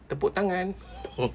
tepuk tangan